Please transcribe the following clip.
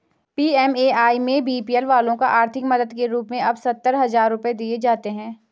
PMAY में BPL वालों को आर्थिक मदद के रूप में अब सत्तर हजार रुपये दिए जाते हैं